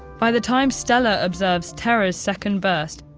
by the time stella observes terra's second burst,